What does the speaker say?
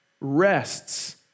rests